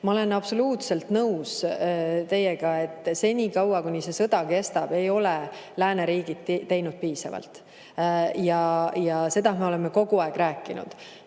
Ma olen absoluutselt nõus teiega, et senikaua, kuni see sõda kestab, ei ole lääneriigid teinud piisavalt. Seda me oleme kogu aeg rääkinud.